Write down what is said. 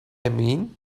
mean